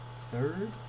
third